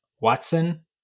Watson